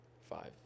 five